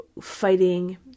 fighting